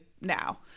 now